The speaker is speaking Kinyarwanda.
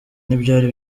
ntibyari